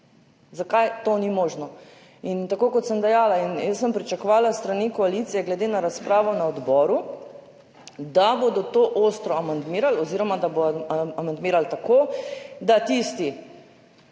Zakaj to ni možno? Kot sem dejala, sem pričakovala s strani koalicije, glede na razpravo na odboru, da bodo to ostro amandmirali oziroma da bo amandma napisan tako, da se